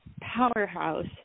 Powerhouse